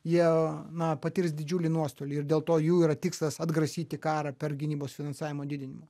jie na patirs didžiulį nuostolį ir dėl to jų yra tikslas atgrasyti karą per gynybos finansavimo didinimą